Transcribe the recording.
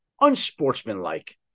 Unsportsmanlike